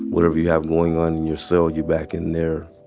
whatever you have going on in your cell, you're back in there.